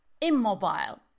immobile